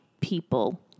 people